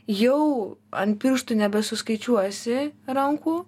jau ant pirštų nebesuskaičiuosi rankų